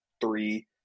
three